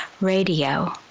Radio